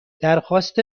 درخواست